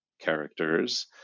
characters